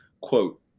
Quote